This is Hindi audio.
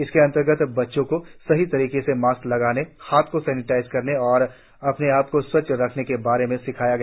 इसके अंतर्गत बच्चों को सही तरीके से मास्क लगाने हाथों को सेनेटाइज करने और अपने आपको स्वच्छ रखने के बारे में सिखाया गया